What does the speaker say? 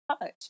touch